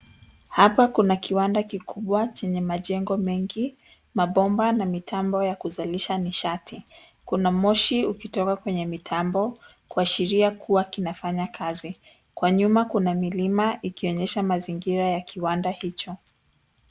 Hapa kuna kiwanda kikubwa chenye majengo mengi mabomba na mitambo ya kuzalisha nishati, kuna mosho ukitoka kwenye mitambo kuashiria kua kinafanya kazi, kwa nyuma kuna milima ikionyesha mazingira ya kiwanda hicho.